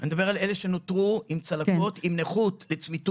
אני מדבר על אלה שנותרו עם צלקות ועם נכות לצמיתות,